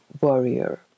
warrior